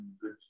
good